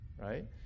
right